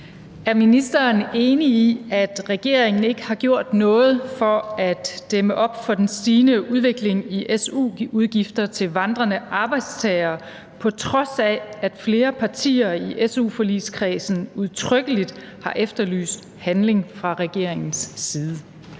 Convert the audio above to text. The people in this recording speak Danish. Er ministeren enig i, at regeringen ikke har gjort noget for at dæmme op for den stigende udvikling i su-udgifter til vandrende arbejdstagere, på trods af at flere partier i su-forligskredsen udtrykkeligt har efterlyst handling fra regeringens side?